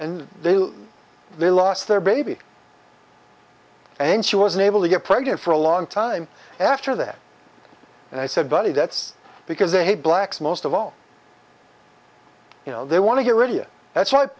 and they knew they lost their baby and she was unable to get pregnant for a long time after that and i said buddy that's because they hate blacks most of all you know they want to get rid of it that's what